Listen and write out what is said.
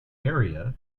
area